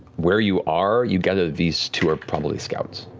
where you are, you gather these two are probably scouts.